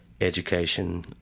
education